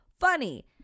funny